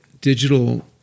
digital